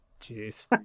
Jeez